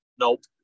nope